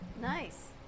Nice